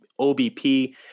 OBP